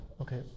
Okay